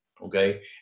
okay